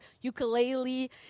ukulele